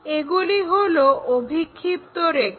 এগুলি হলো অভিক্ষিপ্ত রেখা